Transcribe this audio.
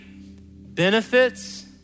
benefits